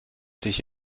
sich